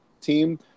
team